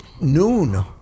noon